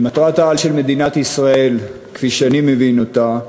ומטרת-העל של מדינת ישראל, כפי שאני מבין אותה,